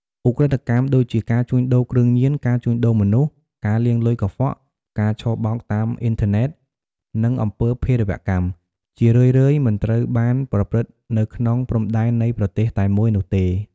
ឧក្រិដ្ឋកម្មដូចជាការជួញដូរគ្រឿងញៀន ការជួញដូរមនុស្ស ការលាងលុយកខ្វក់ ការឆបោកតាមអ៊ីនធឺណិត និងអំពើភេរវកម្ម ជារឿយៗមិនត្រូវបានប្រព្រឹត្តនៅក្នុងព្រំដែននៃប្រទេសតែមួយនោះទេ។